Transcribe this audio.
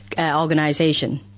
organization